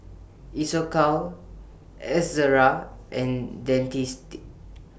Isocal Ezerra and Dentiste